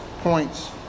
points